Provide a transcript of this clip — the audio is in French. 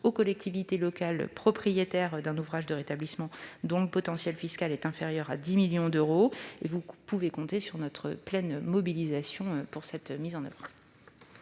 aux collectivités locales propriétaires d'un ouvrage de rétablissement dont le potentiel fiscal est inférieur à 10 millions d'euros. Vous pouvez compter, monsieur le sénateur, sur notre pleine mobilisation pour la mise en oeuvre